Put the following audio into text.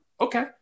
Okay